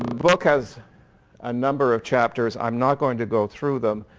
book has a number of chapters. i'm not going to go through them.